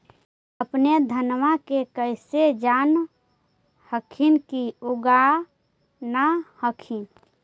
अपने धनमा के कैसे जान हखिन की उगा न हखिन?